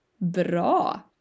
bra